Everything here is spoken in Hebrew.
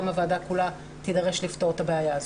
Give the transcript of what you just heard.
הוועדה כולה תידרש לפתור את הבעיה הזאת.